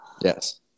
Yes